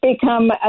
become